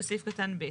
בסעיף קטן ב'.